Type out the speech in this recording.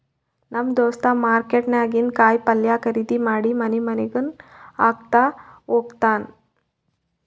ನಮ್ ದೋಸ್ತ ಮಾರ್ಕೆಟ್ ನಾಗಿಂದ್ ಕಾಯಿ ಪಲ್ಯ ಖರ್ದಿ ಮಾಡಿ ಮನಿ ಮನಿಗ್ ಹಾಕೊತ್ತ ಹೋತ್ತಾನ್